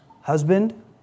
Husband